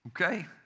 Okay